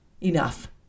enough